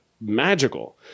Magical